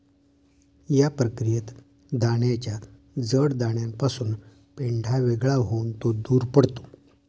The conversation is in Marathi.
या प्रक्रियेत दाण्याच्या जड दाण्यापासून पेंढा वेगळा होऊन तो दूर पडतो